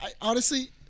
honestly-